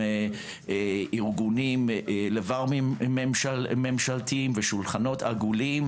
ארגונים --- ממשלתיים ושולחנות עגולים,